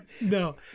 No